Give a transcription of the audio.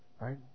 Right